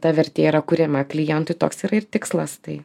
ta vertė yra kuriama klientui toks yra ir tikslas tai